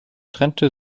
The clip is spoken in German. trennte